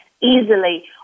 easily